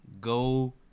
Go